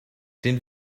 den